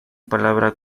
palabra